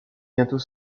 bientôt